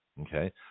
okay